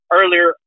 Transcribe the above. earlier